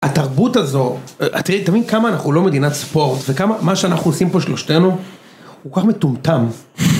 התרבות הזו, תראי תמיד כמה אנחנו לא מדינת ספורט ומה שאנחנו עושים פה שלושתנו הוא כל כך מטומטם